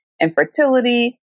infertility